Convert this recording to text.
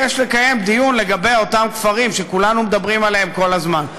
כי יש לקיים דיון לגבי אותם כפרים שכולנו מדברי עליהם כל הזמן.